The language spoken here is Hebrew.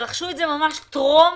רכשו ממש טרום